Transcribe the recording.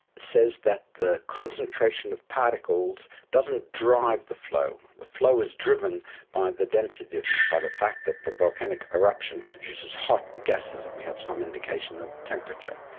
says that the concentration of particles doesn't drive the flow. the flow is driven by the density difference, by the fact that the volcanic eruption produces hot gases, and we have some indication of temperature.